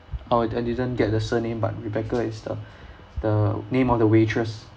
oh I didn't get the surname but rebecca is the the name of the waitress